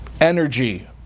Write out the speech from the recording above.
energy